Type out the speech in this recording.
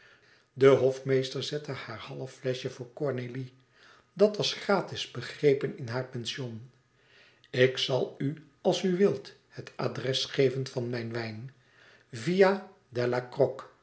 de hofmeester zette haar half fleschje voor cornélie dat was gratis begrepen in haar pension ik zal u als u wilt het adres geven van mijn wijn via